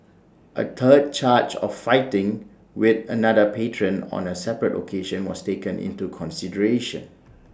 A third charge of fighting with another patron on A separate occasion was taken into consideration